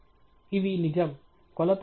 ఇవి నిజం కొలతలు